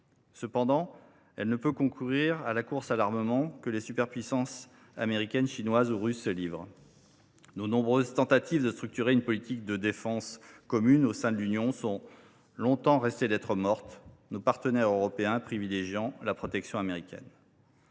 Cependant, elle ne peut concourir dans la course à l’armement que les superpuissances américaines, chinoises ou russes se livrent. Nos nombreuses tentatives pour structurer une politique de défense commune au sein de l’Union sont longtemps restées lettre morte, nos partenaires européens privilégiant la protection américaine.